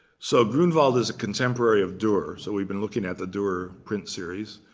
so grunewald is a contemporary of durer, so we've been looking at the durer print series.